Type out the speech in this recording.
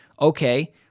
okay